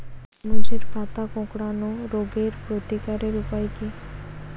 তরমুজের পাতা কোঁকড়ানো রোগের প্রতিকারের উপায় কী?